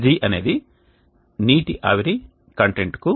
G అనేది నీటి ఆవిరి కంటెంట్కు